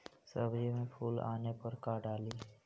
सब्जी मे फूल आने पर का डाली?